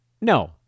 no